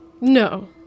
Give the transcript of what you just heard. No